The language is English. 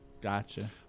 Gotcha